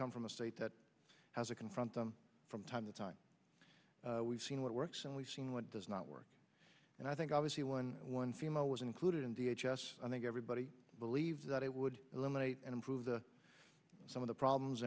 come from a state that has to confront them from time to time we've seen what works and we've seen what does not work and i think i was he one one female was included in the h s i think everybody believes that it would eliminate and improve the some of the problems